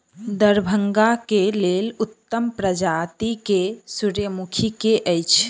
दरभंगा केँ लेल उत्तम प्रजाति केँ सूर्यमुखी केँ अछि?